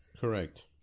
Correct